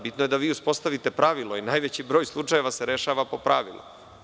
Bitno je da vi uspostavite pravilo i najveći broj slučajeva se rešava po pravilu.